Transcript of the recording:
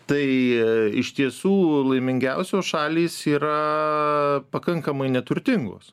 tai iš tiesų laimingiausios šalys yra pakankamai neturtingos